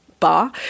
bar